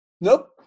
Nope